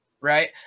right